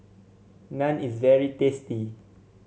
Naan is very tasty